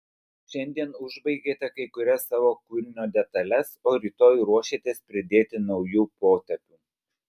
šiandien užbaigėte kai kurias savo kūrinio detales o rytoj ruošiatės pridėti naujų potėpių